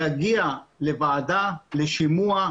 להגיע לוועדה לשימוע,